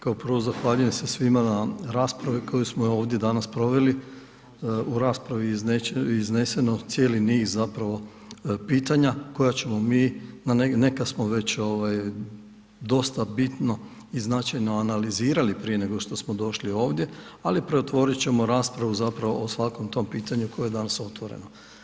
Kao prvo, zahvaljujem se svima na raspravi koju smo ovdje danas proveli, u raspravi je izneseno cijeli zapravo pitanja koja ćemo mi, na neka smo već dosta bitno i značajno analizirali prije nego što smo došli ovdje ali preotvorit ćemo raspravu zapravo o svakom tom pitanju koje je danas otvoreno.